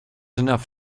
enough